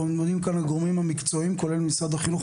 --- הגורמים המקצועיים כולל משרד החינוך,